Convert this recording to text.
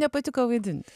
nepatiko vaidinti